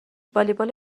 والیبال